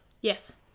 Yes